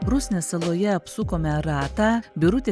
rusnės saloje apsukome ratą birutė